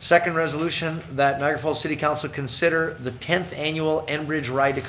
second resolution that niagara falls city council consider the tenth annual enbridge ride to